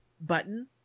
button